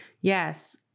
Yes